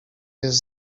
jest